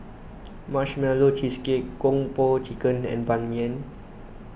Marshmallow Cheesecake Kung Po Chicken and Ban Mian